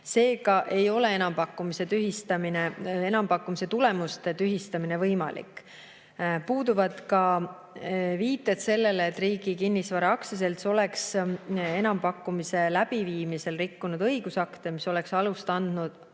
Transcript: Seega ei ole enampakkumise tulemuste tühistamine võimalik. Puuduvad ka viited sellele, et Riigi Kinnisvara Aktsiaselts oleks enampakkumise läbiviimisel rikkunud õigusakte, mis oleks andnud